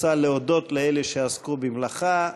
רוצה להודות לאלה שעסקו במלאכה,